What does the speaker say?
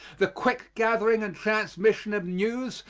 the quick gathering and transmission of news,